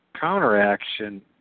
counteraction